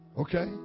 Okay